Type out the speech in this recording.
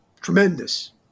tremendous